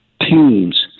teams